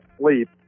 sleep